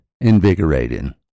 invigorating